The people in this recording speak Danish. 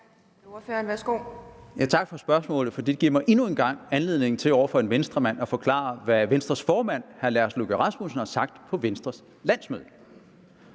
Tak for spørgsmålet, for det giver mig endnu en gang anledning til over for en Venstremand at forklare, hvad Venstres formand, hr. Lars Løkke Rasmussen, har sagt på Venstres landsmøde.